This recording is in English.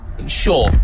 Sure